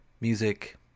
music